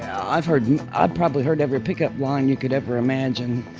i've heard, i've probably heard every pickup line you could ever imagine.